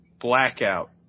Blackout